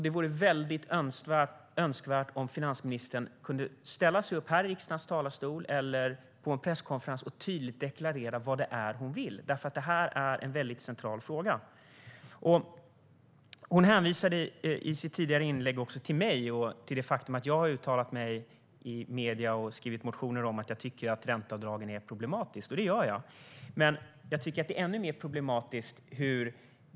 Det vore därför önskvärt om finansministern kan ställa sig i riksdagens talarstol eller på en presskonferens och tydligt deklarera vad det är hon vill i denna centrala fråga. I ett tidigare inlägg hänvisade finansministern till det faktum att jag har uttalat mig i medierna och skrivit motioner om att jag anser att ränteavdragen är problematiska, vilket jag gör.